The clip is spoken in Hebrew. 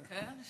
כן,